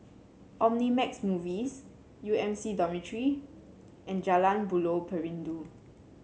Omnimax Movies U M C Dormitory and Jalan Buloh Perindu